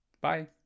Bye